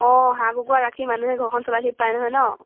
অঁ হাঁহ কুকুৰা ৰাখি মানুহে ঘৰখন চলাই থাকিব পাৰে নহয় ন